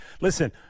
listen